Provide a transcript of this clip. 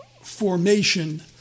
formation